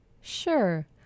Sure